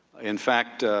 in fact,